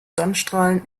sonnenstrahlen